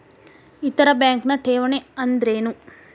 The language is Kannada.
ಇತರ ಬ್ಯಾಂಕ್ನ ಠೇವಣಿ ಅನ್ದರೇನು?